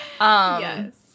Yes